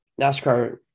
NASCAR